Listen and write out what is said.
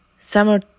Summer